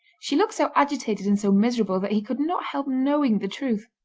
she looked so agitated and so miserable that he could not help knowing the truth,